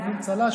מקבלים צל"ש,